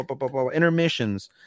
intermissions